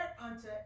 unto